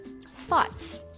thoughts